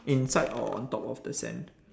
inside or on top of the sand